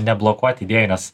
neblokuoti idėjų nes